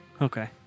Okay